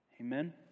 Amen